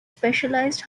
specialized